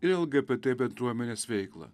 lgbt bendruomenės veiklą